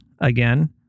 again